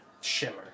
Shimmer